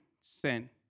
sin